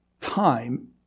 time